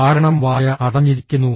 കാരണം വായ അടഞ്ഞിരിക്കുന്നു